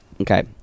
Okay